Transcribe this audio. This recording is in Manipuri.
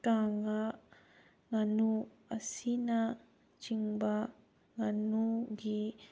ꯀꯥꯡꯉꯥ ꯉꯥꯅꯨ ꯑꯁꯤꯅꯆꯤꯡꯕ ꯉꯥꯅꯨꯒꯤ